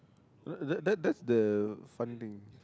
that that that's the fun thing